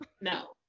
No